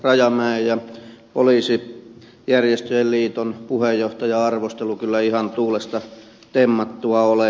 rajamäen ja poliisijärjestöjen liiton puheenjohtajan arvostelu kyllä ihan tuulesta temmattua ole